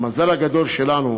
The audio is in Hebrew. המזל הגדול שלנו